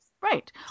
Right